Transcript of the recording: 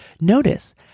notice